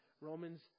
Romans